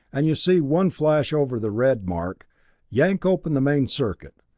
and you see one flash over the red mark yank open the main circuit.